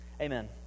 Amen